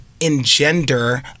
engender